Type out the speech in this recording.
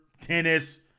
tennis